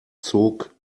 zog